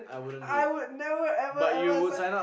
I would never ever ever ever sign